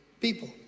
people